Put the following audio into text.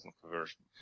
conversion